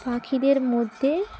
পাখিদের মধ্যে